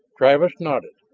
travis nodded.